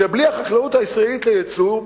ובלי החקלאות הישראלית ליצוא,